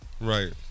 Right